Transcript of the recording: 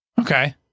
Okay